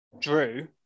Drew